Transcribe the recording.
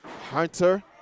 Hunter